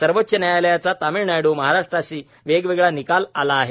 सर्वोच्च न्यायालयाचा तमिळनाडू महाराष्ट्रासाठी वेगवेगळा निकाल आला आहे